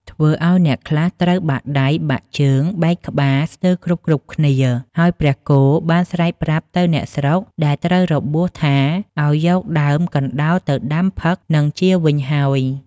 ធ្វើឲ្យអ្នកខ្លះត្រូវបាក់ដៃ បាក់ជើង បែកក្បាលស្ទើរគ្រប់ៗគ្នា ហើយព្រះគោបានស្រែកប្រាប់ទៅអ្នកស្រុកដែលត្រូវរបួសថាឲ្យយកដើមកណ្ដោលទៅដាំផឹកនឹងជាវិញហើយ ។